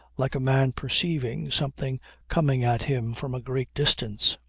like a man perceiving something coming at him from a great distance.